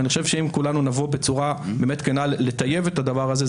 ואני חושב שאם כולנו נבוא בצורה כנה לטייב את הדבר הזה,